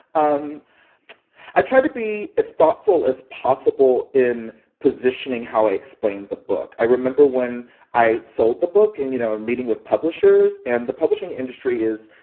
um i tried to be as thoughtful as possible in positioning how i explained the book. i remember when i sold the book and, you know, meeting with publishers. and the publishing industry is,